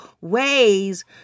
ways